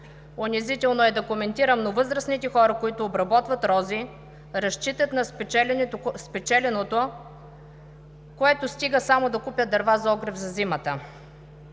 Унизително е да коментирам, но възрастните хора, които обработват рози, разчитат на спечеленото, което стига само да купят дърва за огрев за зимата.